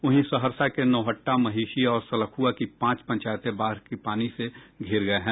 वहीं सहरसा के नौहट्टा महिषी और सलख्आ की पांच पंचायते बाढ़ की पानी से धिर गये हैं